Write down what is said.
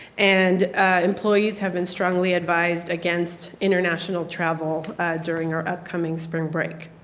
and employees have been strongly advised against international travel during our upcoming spring break.